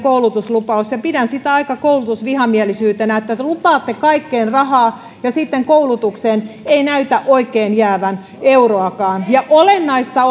koulutuslupauksenne ja pidän sitä aika koulutusvihamielisenä että lupaatte kaikkeen rahaa ja sitten koulutukseen ei oikein näytä jäävän euroakaan olennaista